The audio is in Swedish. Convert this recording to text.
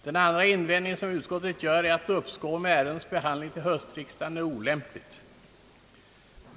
Den andra invändningen, som utskottet gör är att ett uppskov med ärendets behandling till höstriksdagen är olämpligt.